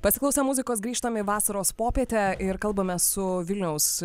pasiklausę muzikos grįžtame į vasaros popietę ir kalbamės su vilniaus